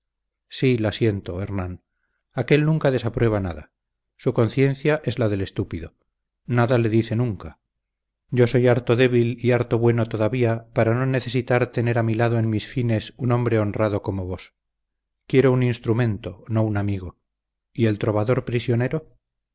sí la siento hernán aquél nunca desaprueba nada su conciencia es la del estúpido nada le dice nunca yo soy harto débil y harto bueno todavía para no necesitar tener a mi lado en mis fines un hombre honrado como vos quiero un instrumento no un amigo y el trovador prisionero